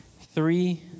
Three